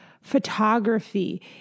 photography